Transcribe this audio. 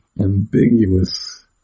ambiguous